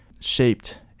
shaped